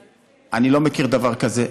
אני לא מכיר דבר כזה.